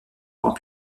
grand